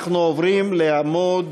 אנחנו עוברים לעמוד